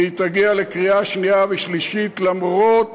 והיא תגיע לקריאה שנייה ושלישית, למרות